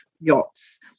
yachts